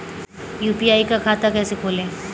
UPI का खाता कैसे खोलें?